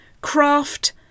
Craft